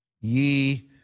Ye